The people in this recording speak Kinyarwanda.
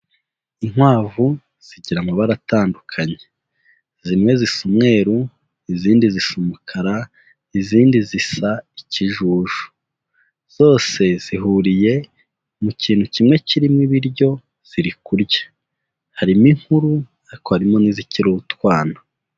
Inkwavu zigira amabara atandukanye; zimwe zisa umweru, izindi zisa umukara, izindi zisa ikijuju. Zose zihuriye mu kintu kimwe kirimo ibiryo ziri kurya, harimo inkuru ariko harimo n'izikiri utwana.